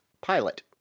pilot